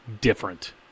different